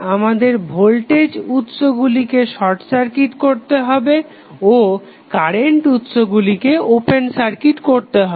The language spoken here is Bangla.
আমাদের ভোল্টেজ উৎসগুলিকে শর্ট সার্কিট করতে হবে ও কারেন্ট উৎসগুলিকে ওপেন সার্কিট করতে হবে